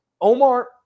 Omar